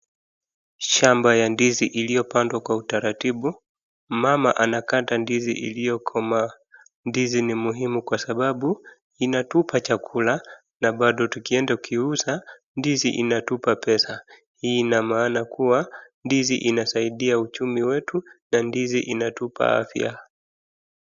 Shamba ya ndizi iliyopandwa kwa utaratibu mama anakata ndizi iliyokomaa. Ndizi ni muhimu kwa sababu inatupa chakula na bado tukienda tukiuza ndizi inatupa pesa. Hii ina maana kuwa ndizi inasaidia uchumi wetu na ndizi inatupa afya.